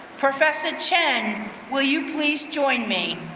professor chen, will you please join me?